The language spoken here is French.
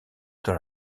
dans